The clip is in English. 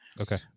Okay